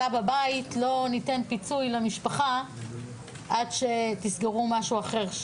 בבית לא ניתן פיצוי למשפחה עד שתסגרו משהו אחר.